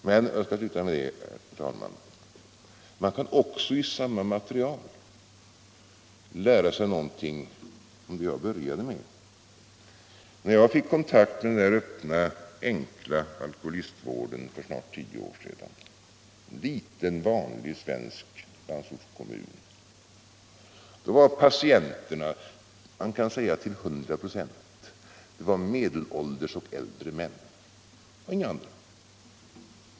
Men, herr talman — och jag skall sluta med det — man kan också av samma material lära sig någonting om det som jag började med att tala om. När jag fick kontakt med den öppna enkla alkoholistvården för tio år sedan i en liten vanlig svensk landsortskommun, var patienterna, man kan säga till 100 96, medelålders och äldre män; inga andra.